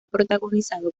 protagonizado